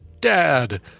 dad